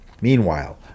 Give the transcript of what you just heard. Meanwhile